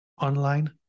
online